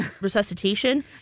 resuscitation